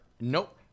Nope